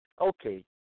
Okay